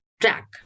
track